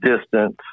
distance